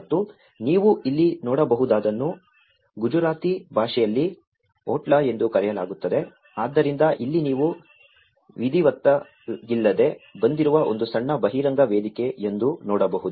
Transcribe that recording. ಮತ್ತು ನೀವು ಇಲ್ಲಿ ನೋಡಬಹುದಾದದನ್ನು ಗುಜರಾತಿ ಭಾಷೆಯಲ್ಲಿ ಒಟ್ಲಾ ಎಂದು ಕರೆಯಲಾಗುತ್ತದೆ ಆದ್ದರಿಂದ ಇಲ್ಲಿ ನೀವು ವಿಧಿವತ್ತಾಗಿಲ್ಲದೆ ಬಂದಿರುವ ಒಂದು ಸಣ್ಣ ಬಹಿರಂಗ ವೇದಿಕೆ ಎಂದು ನೋಡಬಹುದು